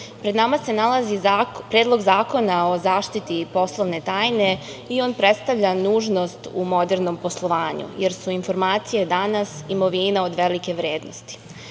pred nama se nalazi Predlog zakona o zaštiti poslovne tajne i on predstavlja nužnost u modernom poslovanju, jer su informacije danas imovina od velike vrednosti. Suština